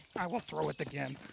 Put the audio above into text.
i will throw it again.